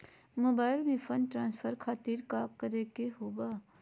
Mobile से fund transfer खातिर काका करे के बा?